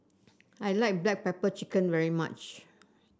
I like Black Pepper Chicken very much